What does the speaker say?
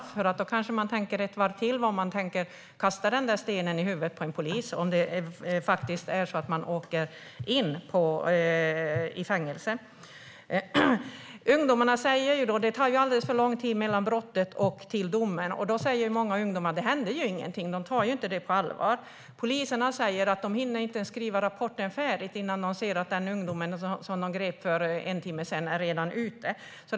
Om man åker in i fängelse kanske man tänker efter ett varv till innan man kastar en sten i huvudet på en polis. Ungdomarna säger att det tar alldeles för lång tid mellan brottet och domen. Det händer ju ingenting, så ungdomarna tar ju inte det på allvar. Poliserna säger att de inte ens hinner skriva rapporten färdig innan de ser att den ungdomen som de grep för en timme sedan redan är ute.